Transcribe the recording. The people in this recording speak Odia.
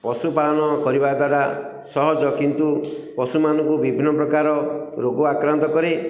ପଶୁପାଳନ କରିବା ଦ୍ୱାରା ସହଜ କିନ୍ତୁ ପଶୁମାନଙ୍କୁ ବିଭିନ୍ନ ପ୍ରକାର ରୋଗ ଆକ୍ରାନ୍ତ କରେ